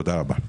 תודה רבה.